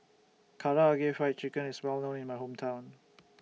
Karaage Fried Chicken IS Well known in My Hometown